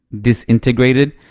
disintegrated